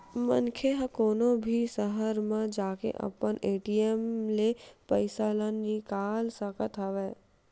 मनखे ह कोनो भी सहर म जाके अपन ए.टी.एम ले पइसा ल निकाल सकत हवय